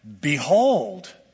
Behold